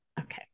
Okay